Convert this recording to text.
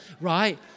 right